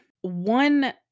One